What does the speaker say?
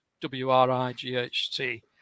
w-r-i-g-h-t